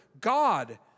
God